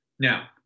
Now